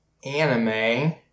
Anime